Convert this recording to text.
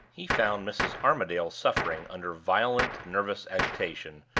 he found mrs. armadale suffering under violent nervous agitation,